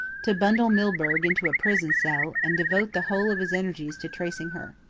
to bundle milburgh into a prison cell, and devote the whole of his energies to tracing her.